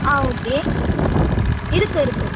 ஆ okay இருக்குது இருக்குது